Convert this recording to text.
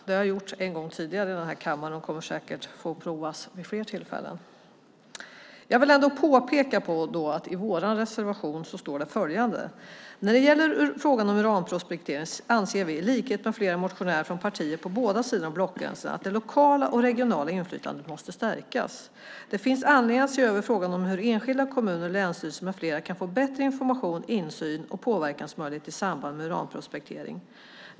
Det har hänt en gång tidigare i den här kammaren, och jag kommer säkert att prövas vid fler tillfällen. Jag vill ändå påpeka att det i vår reservation står följande: "När det gäller frågan om uranprospektering anser vi - i likhet med flera motionärer från partier på båda sidor om blockgränsen - att det lokala och regionala inflytandet måste stärkas. Det finns anledning att se över frågan om hur enskilda, kommuner, länsstyrelser m.fl. kan få bättre information, insyn och påverkansmöjligheter i samband med uranprospektering.